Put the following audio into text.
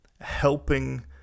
helping